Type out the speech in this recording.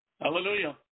Hallelujah